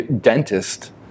dentist